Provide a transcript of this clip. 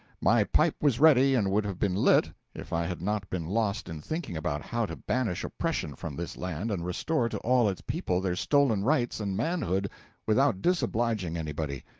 my pipe was ready and would have been lit, if i had not been lost in thinking about how to banish oppression from this land and restore to all its people their stolen rights and manhood without disobliging anybody.